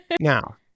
Now